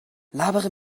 labere